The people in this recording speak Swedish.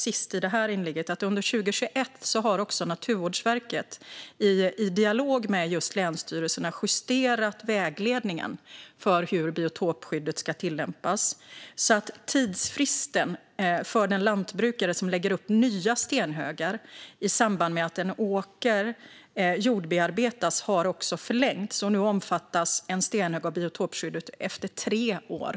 Sist i detta inlägg ska jag säga: Under 2021 har Naturvårdsverket i dialog med just länsstyrelserna justerat vägledningen för hur biotopskyddet ska tillämpas. Tidsfristen för den lantbrukare som lägger upp nya stenhögar i samband med att en åker jordbearbetas har också förlängts. Nu omfattas en stenhög av biotopskyddet efter tre år.